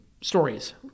stories